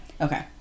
Okay